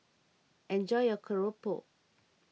enjoy your Keropok